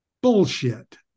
bullshit